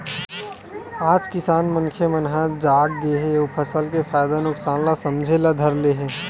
आज किसान मनखे मन ह जाग गे हे अउ फसल के फायदा नुकसान ल समझे ल धर ले हे